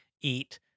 eat